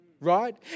Right